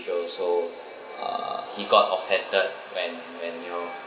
so so uh he got offended when when you know